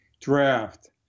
draft